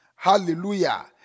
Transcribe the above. Hallelujah